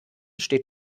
steht